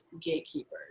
gatekeepers